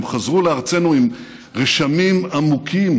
הם חזרו לארצנו עם רשמים עמוקים